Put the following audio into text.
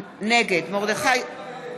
נגד איך אתה לא מתבייש?